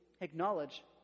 acknowledge